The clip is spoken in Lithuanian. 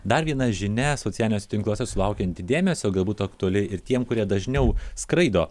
dar viena žinia socialiniuose tinkluose sulaukianti dėmesio galbūt aktuali ir tiem kurie dažniau skraido